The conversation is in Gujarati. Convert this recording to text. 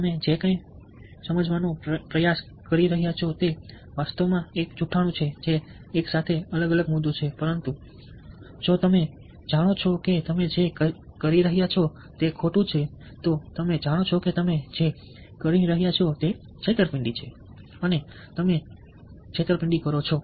તમે જે કંઈપણ સમજાવવાનો પ્રયાસ કરી રહ્યા છો તે વાસ્તવમાં એક જૂઠાણું છે જે એકસાથે અલગ અલગ મુદ્દો છે પરંતુ અન્યથા જો તમે જાણો છો કે તમે જે કરી રહ્યા છો તે ખોટું છે તો તમે જાણો છો કે તમે જે કરી રહ્યા છો તે છેતરપિંડી છે અને તમે કરી રહ્યા છો તે છેતરપિંડી છે